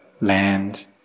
land